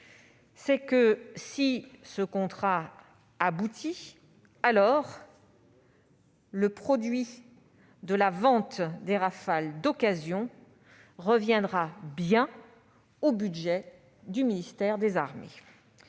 précise que, si le contrat aboutit, le produit de la vente des Rafale d'occasion reviendra au budget du ministère des armées.